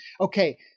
Okay